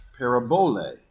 parabole